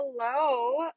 hello